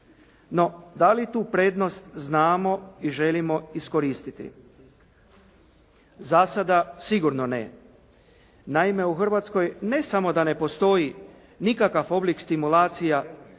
No, da li tu prednost znamo i želimo iskoristiti. Za sada sigurno ne. Naime, u Hrvatskoj ne samo da ne postoji nikakav oblik stimulacija